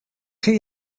chi